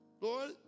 Lord